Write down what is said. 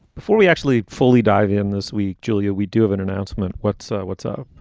before we actually fully dive in this week, julia, we do have an announcement. what's ah what's up?